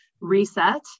reset